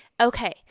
Okay